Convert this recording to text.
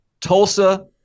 Tulsa